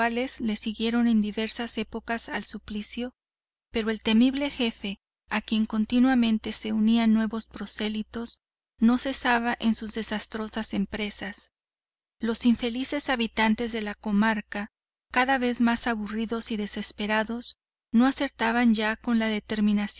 le siguieron en diversas épocas al suplicio pero el temible jefe a quien continuamente se unían nuevos prosélitos no cesaba en sus desastrosas empresas los infelices habitantes de la comarca y de cada vez más aburridos y desesperados no acertaban ya con la determinación